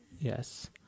yes